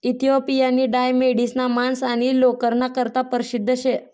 इथिओपियानी डाय मेढिसना मांस आणि लोकरना करता परशिद्ध शे